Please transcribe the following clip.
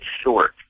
short